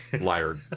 liar